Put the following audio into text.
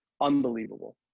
Unbelievable